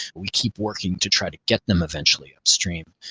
we keep working to try to get them eventually upstream.